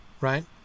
Right